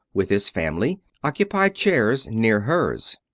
with his family, occupied chairs near hers.